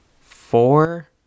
four